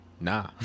nah